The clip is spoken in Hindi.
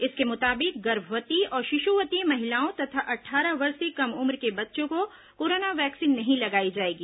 इसके मुताबिक गर्भवती और शिशुवती महिलाओं तथा अट्ठारह वर्ष से कम उम्र के बच्चों को कोरोना वैक्सीन नहीं लगाई जाएगी